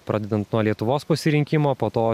pradedant nuo lietuvos pasirinkimo po to